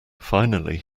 finally